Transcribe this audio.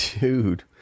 Dude